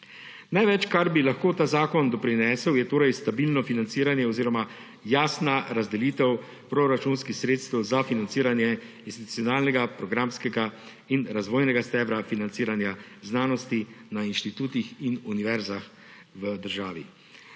Največ, kar bi lahko ta zakon doprinesel, je torej stabilno financiranje oziroma jasna razdelitev proračunskih sredstev za financiranje institucionalnega programskega in razvojnega stebra financiranja znanosti na inštitutih in univerzah v državi.